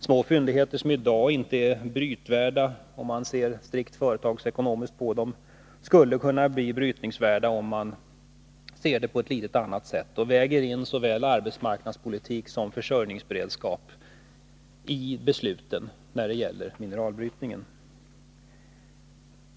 Små fyndigheter som i dag inte är brytningsvärda, om man ser strikt företagsekonomiskt på dem, skulle kunna bli brytningsvärda, om man ser det på ett annat sätt och väger in såväl arbetsmarknadspolitik som försörjningsberedskap i beslutet när det gäller mineralbrytningen.